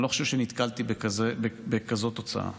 אני לא חושב שנתקלתי בכזאת תוצאה.